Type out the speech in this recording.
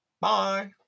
Bye